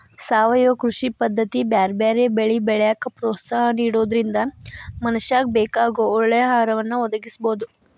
ಸಾವಯವ ಕೃಷಿ ಪದ್ದತಿ ಬ್ಯಾರ್ಬ್ಯಾರೇ ಬೆಳಿ ಬೆಳ್ಯಾಕ ಪ್ರೋತ್ಸಾಹ ನಿಡೋದ್ರಿಂದ ಮನಶ್ಯಾಗ ಬೇಕಾಗೋ ಒಳ್ಳೆ ಆಹಾರವನ್ನ ಒದಗಸಬೋದು